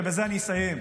בזה אני אסיים,